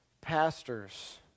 pastors